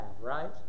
right